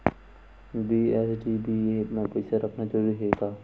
BSBDA मा पईसा रखना जरूरी हे का?